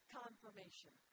confirmation